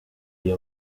iyi